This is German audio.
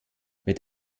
mit